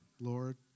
Lord